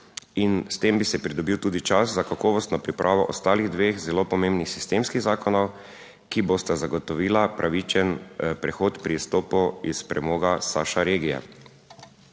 s tem bi si pridobili tudi čas za kakovostno pripravo ostalih dveh zelo pomembnih sistemskih zakonov, ki bosta zagotovila pravičen prehod pri izstopu iz premoga **7.